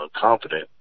confident